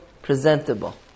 Presentable